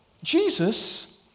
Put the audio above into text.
Jesus